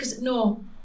no